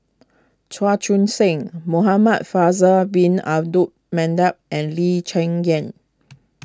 Chua Joon sing Muhamad Faisal Bin Abdul Manap and Lee Cheng Yan